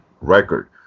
record